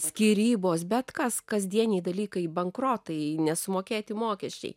skyrybos bet kas kasdieniai dalykai bankrotai nesumokėti mokesčiai